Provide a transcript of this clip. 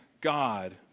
God